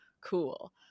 cool